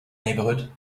neighborhood